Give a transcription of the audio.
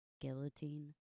guillotine